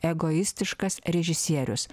egoistiškas režisierius